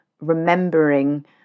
remembering